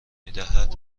میدهد